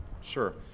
Sure